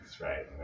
right